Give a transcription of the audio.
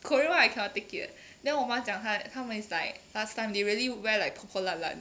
korea [one] I cannot take it leh then 我妈讲他他们 is like last time they really wear like 破破烂烂